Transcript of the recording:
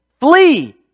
Flee